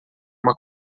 uma